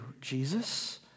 Jesus